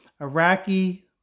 Iraqi